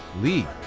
Lee